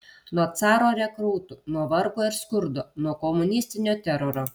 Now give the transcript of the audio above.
nuo caro rekrūtų nuo vargo ir skurdo nuo komunistinio teroro